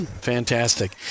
Fantastic